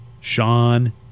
Sean